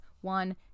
one